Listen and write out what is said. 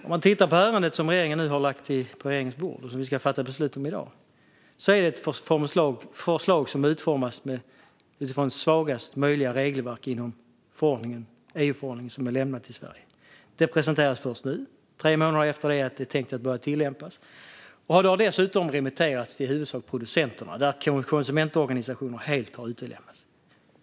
Om man tittar på ärendet som regeringen nu har lagt på bordet och som vi ska fatta beslut om i dag ser man att det är ett förslag som utformats utifrån svagast möjliga regelverk i den EU-förordning som är lämnad till Sverige. Det presenteras först nu, tre månader efter det att detta är tänkt att börja tillämpas. Det har dessutom remitterats till i huvudsak producenterna. Konsumentorganisationerna har helt utelämnats.